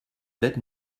that